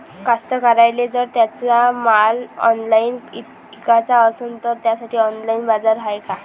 कास्तकाराइले जर त्यांचा माल ऑनलाइन इकाचा असन तर त्यासाठी ऑनलाइन बाजार हाय का?